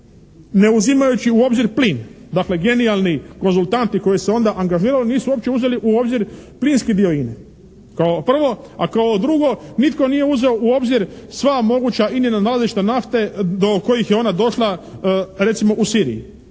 ne uzimajući u obzir plin. Dakle, genijalni konzultanti koji su se onda angažirali nisu uopće uzeli u obzir plinski dio INA-e, kao prvo. A kao drugo, nitko nije uzeo u obzir sva moga INA-ina nalazišta nafte do kojih je ona došla recimo u Siriji,